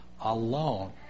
alone